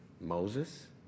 Moses